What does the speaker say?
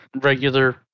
regular